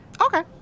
Okay